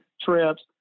trips